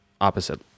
Opposite